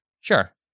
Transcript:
sure